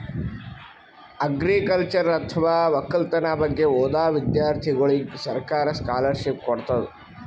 agriculture ಅಥವಾ ವಕ್ಕಲತನ್ ಬಗ್ಗೆ ಓದಾ ವಿಧ್ಯರ್ಥಿಗೋಳಿಗ್ ಸರ್ಕಾರ್ ಸ್ಕಾಲರ್ಷಿಪ್ ಕೊಡ್ತದ್